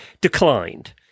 declined